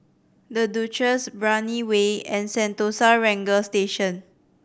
The Duchess Brani Way and Sentosa Ranger Station